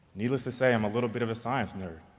needless to say, i'm a little bit of a science nerd.